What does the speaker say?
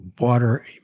water